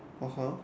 (uh huh)